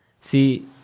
See